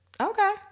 Okay